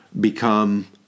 become